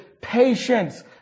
patience